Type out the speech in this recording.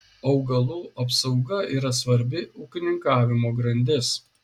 augalų apsauga yra svarbi ūkininkavimo grandis